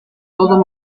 todos